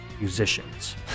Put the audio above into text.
musicians